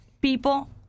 people